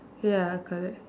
ya correct